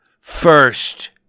first